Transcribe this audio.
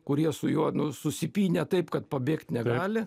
kurie su juo nu susipynę taip kad pabėgt negali